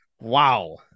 Wow